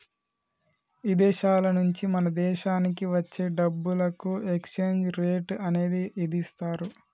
ఇదేశాల నుంచి మన దేశానికి వచ్చే డబ్బులకు ఎక్స్చేంజ్ రేట్ అనేది ఇదిస్తారు